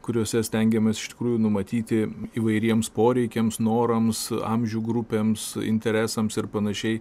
kuriose stengiamasi iš tikrųjų numatyti įvairiems poreikiams norams amžių grupėms interesams ir panašiai